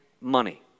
money